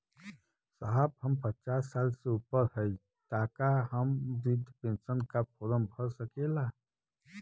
साहब हम पचास साल से ऊपर हई ताका हम बृध पेंसन का फोरम भर सकेला?